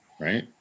right